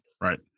Right